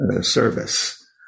service